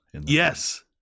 Yes